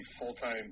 full-time